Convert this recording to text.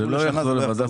זה לא יחזור לוועדת כספים.